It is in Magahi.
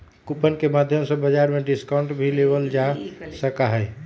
कूपन के माध्यम से बाजार में डिस्काउंट भी लेबल जा सका हई